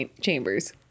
chambers